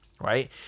right